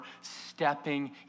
stepping